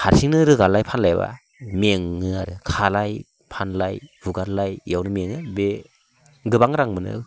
हारसिंनो रोगालाय फानलायबा मेङो आरो खालाय फानलाय हुगारलाय बेयावनो मेङो बे गोबां रां मोनो